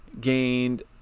gained